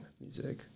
music